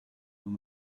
and